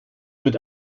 mit